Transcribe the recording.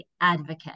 advocate